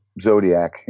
Zodiac